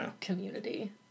community